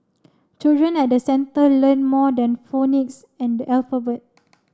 children at the centre learn more than phonics and alphabet